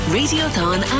radiothon